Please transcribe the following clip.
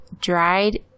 dried